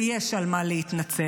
ויש על מה להתנצל.